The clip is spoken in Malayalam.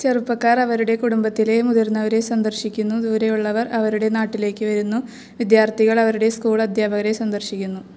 ചെറുപ്പക്കാർ അവരുടെ കുടുംബത്തിലെ മുതിർന്നവരെ സന്ദർശിക്കുന്നു ദൂരെയുള്ളവർ അവരുടെ നാട്ടിലേക്ക് വരുന്നു വിദ്യാർത്ഥികൾ അവരുടെ സ്കൂൾ അധ്യാപകരെ സന്ദർശിക്കുന്നു